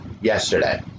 yesterday